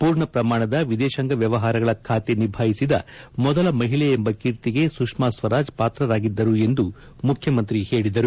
ಪೂರ್ಣ ಪ್ರಮಾಣದ ವಿದೇಶಾಂಗ ವ್ಯವಹಾರಗಳ ಖಾತೆ ನಿಭಾಯಿಸಿದ ಮೊದಲ ಮಹಿಳೆ ಎಂಬ ಕೀರ್ತಿಗೆ ಸುಷ್ಮಾ ಸ್ವರಾಜ್ ಪಾತ್ರರಾಗಿದ್ದರು ಎಂದು ಮುಖ್ಯಮಂತ್ರಿ ಹೇಳಿದರು